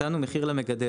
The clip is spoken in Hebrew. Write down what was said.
הצענו מחיר למגדל.